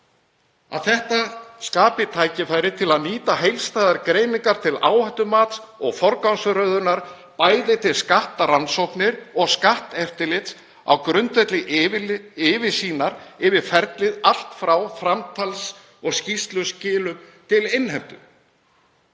að þetta skapi tækifæri til að nýta heildstæðar greiningar til áhættumats og forgangsröðunar við bæði skattrannsóknir og skatteftirlit á grundvelli yfirsýnar yfir ferlið allt frá framtals- eða skýrsluskilum til innheimtu.